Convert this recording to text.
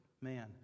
man